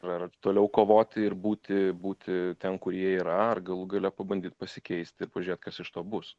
ir ar toliau kovoti ir būti būti ten kur jie yra ar galų gale pabandyt pasikeisti ir pažiūrėt kas iš to bus